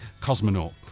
Cosmonaut